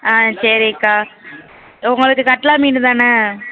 ஆ சரிக்கா உங்களுக்கு கட்லா மீன் தானே